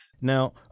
Now